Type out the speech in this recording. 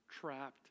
trapped